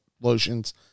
lotions